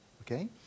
Okay